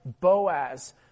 Boaz